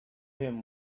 him